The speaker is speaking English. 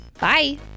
Bye